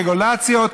רגולציות,